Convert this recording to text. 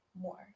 more